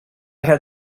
had